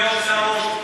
הוצאות,